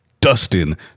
Dustin